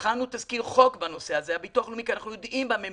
הכנו בביטוח הלאומי תזכיר חוק בנושא הזה כי אנחנו יודעים במה מדובר,